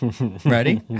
Ready